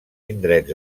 indrets